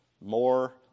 More